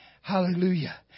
Hallelujah